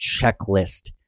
checklist